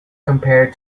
compared